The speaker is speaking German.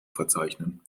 verzeichnen